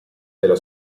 nella